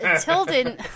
Tilden